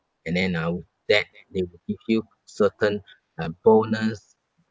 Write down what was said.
and then uh that will give you certain uh bonus